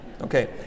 okay